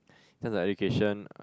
in terms of education